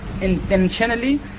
intentionally